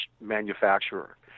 manufacturer